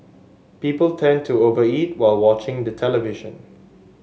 people tend to over eat while watching the television